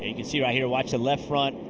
you can see right here, watch the left front.